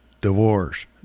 divorce